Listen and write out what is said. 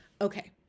okay